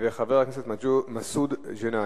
חבר הכנסת מסעוד גנאים.